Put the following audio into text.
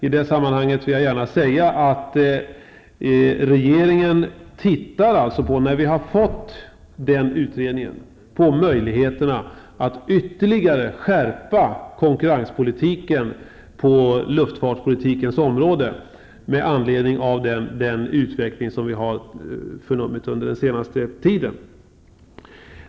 I det sammanhanget vill jag gärna säga att regeringen när vi har fått den utredningen kommer att se på möjligheterna att ytterligare skärpa konkurenspolitiken på luftfartspolitikens område med anledning av den utveckling som vi har förnummit under den senaste tiden.